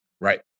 Right